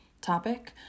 topic